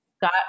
got